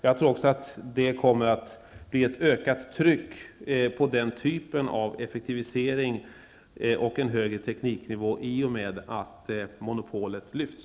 Jag tror också att det kommer att bli ett ökat tryck mot denna typ av effektivisering och en högre tekniknivå i och med att monopolet lyfts.